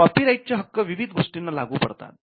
कॉपीराईटचे हक्क विविध गोष्टींना लागू पडतात